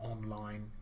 online